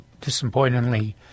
disappointingly